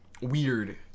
weird